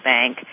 Bank